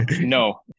no